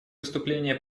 выступление